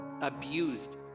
abused